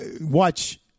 Watch